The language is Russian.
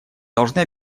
должны